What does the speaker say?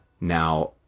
now